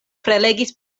prelegis